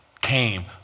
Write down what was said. came